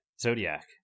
Zodiac